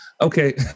Okay